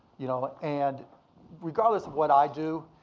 you know and regardless of what i do,